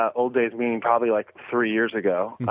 ah old days meaning probably, like, three years ago